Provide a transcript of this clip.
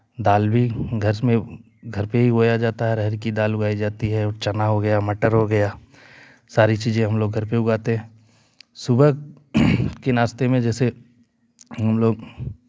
दाल भी घर में घर पे ही बोया जाता है अरहर की दाल उगाई जाती है और चना हो गया मटर हो गया सारी चीजें हम लोग घर पर उगाते हैं सुबह के नाश्ते में जैसे हम लोग